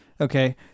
okay